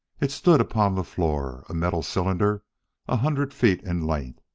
it stood upon the floor, a metal cylinder a hundred feet in length,